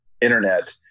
internet